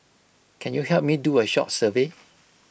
can you help me do A short survey